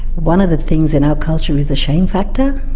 one of the things in our culture is the shame factor.